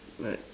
right